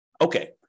Okay